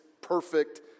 perfect